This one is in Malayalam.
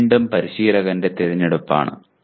ഇത് വീണ്ടും പരിശീലകന്റെ തിരഞ്ഞെടുപ്പാണ്